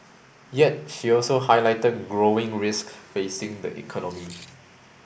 yet she also highlighted growing risks facing the economy